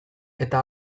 eta